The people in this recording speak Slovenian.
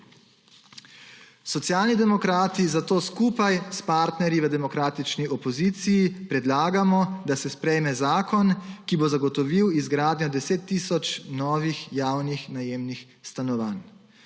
Socialni demokrati zato skupaj s partnerji v demokratični opoziciji predlagamo, da se sprejme zakon, ki bo zagotovil izgradnjo 10 tisoč novih javnih najemnih stanovanj.